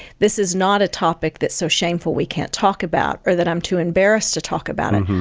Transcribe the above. this is not a topic that's so shameful we can't talk about, or that i'm too embarrassed to talk about it.